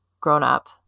grown-up